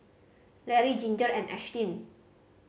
Larry Ginger and Ashtyn